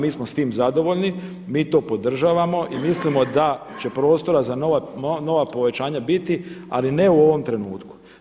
Mi smo s tim zadovoljni, mi to podržavamo i mislimo da će prostora za nova povećanja biti, ali ne u ovom trenutku.